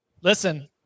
Listen